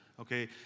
Okay